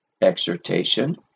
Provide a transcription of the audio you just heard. exhortation